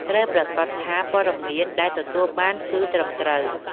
ត្រូវប្រាកដថាព័ត៌មានដែលទទួលបានគឺត្រឹមត្រូវ។